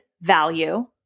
value